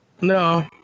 No